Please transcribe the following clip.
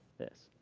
this.